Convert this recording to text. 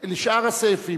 הסעיפים,